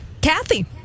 Kathy